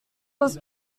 was